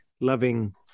loving